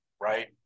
right